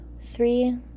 three